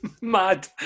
Mad